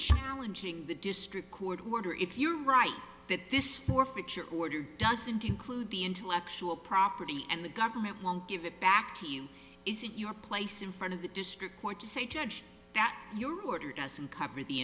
challenging the district court order if you write that this forfeiture order doesn't include the intellectual property and the government won't give it back to you is it your place in front of the district court to say judge that your doesn't cover the